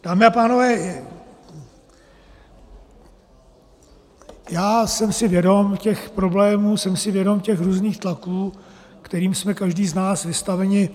Dámy a pánové, já jsem si vědom těch problémů, jsem si vědom těch různých tlaků, kterým jsme každý z nás vystaveni.